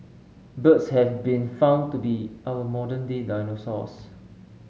birds have been found to be our modern day dinosaurs